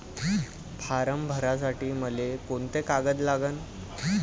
Form भरासाठी मले कोंते कागद लागन?